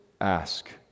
ask